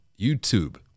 YouTube